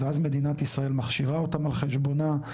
ואז מדינת ישראל מכשירה אותם על חשבונה,